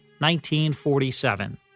1947